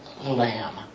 Lamb